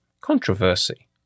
controversy